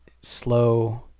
slow